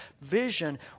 vision